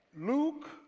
Luke